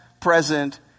present